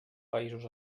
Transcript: països